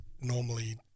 normally